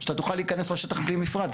שאתה תוכל להיכנס לשטח בלי מפרט.